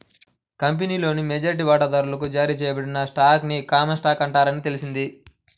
కంపెనీలోని మెజారిటీ వాటాదారులకు జారీ చేయబడిన స్టాక్ ని కామన్ స్టాక్ అంటారని తెలిసింది